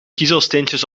kiezelsteentjes